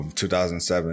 2007